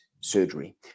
surgery